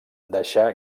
deixà